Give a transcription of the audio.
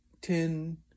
ten